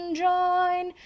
join